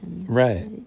Right